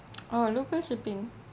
oh local shipping